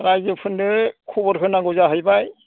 रायजोफोरनो खबर होनांगौ जाहैबाय